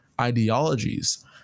ideologies